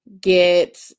get